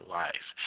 life